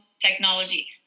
technology